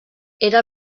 era